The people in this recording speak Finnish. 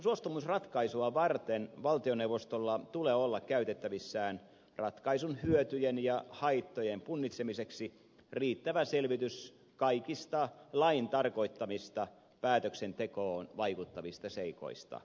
suostumusratkaisua varten valtioneuvostolla tulee olla käytettävissään ratkaisun hyötyjen ja haittojen punnitsemiseksi riittävä selvitys kaikista lain tarkoittamista päätöksentekoon vaikuttavista seikoista